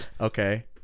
Okay